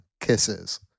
kisses